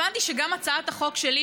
הבנתי שגם הצעת החוק שלי,